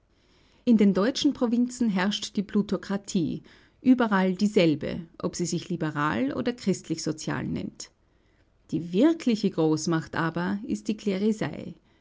in den deutschen provinzen herrscht die plutokratie überall dieselbe ob sie sich liberal oder christlichsozial nennt die wirkliche großmacht aber ist die klerisei